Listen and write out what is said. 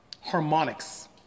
harmonics